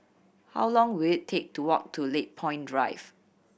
how long will it take to walk to Lakepoint Drive